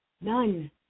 None